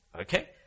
Okay